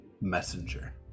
messenger